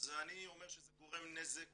אני אומר שזה גורם נזק